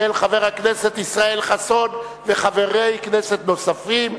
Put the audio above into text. של חבר הכנסת ישראל חסון וחברי כנסת נוספים.